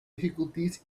difficulties